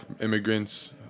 immigrants